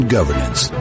Governance